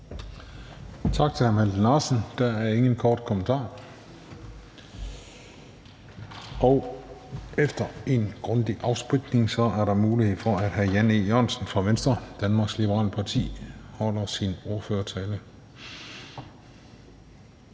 Tak til hr. Malte Larsen. Der er ingen korte bemærkninger. Efter en grundig afspritning er der mulighed for, at hr. Jan E. Jørgensen fra Venstre, Danmarks Liberale Parti, holder sin ordførertale.